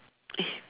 eh